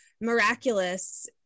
miraculous